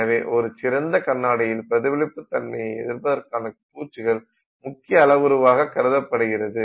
எனவே ஒரு சிறந்த கண்ணாடியில் பிரதிபலிப்பு தன்மையை எதிர்ப்பதற்கான பூச்சுகள் முக்கிய அளவுருவாக கருதப்படுகிறது